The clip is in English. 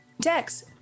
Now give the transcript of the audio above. Dex